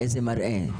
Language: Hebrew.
באיזה מראה?